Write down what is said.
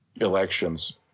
elections